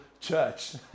church